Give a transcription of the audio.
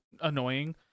annoying